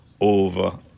over